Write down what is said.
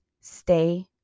stay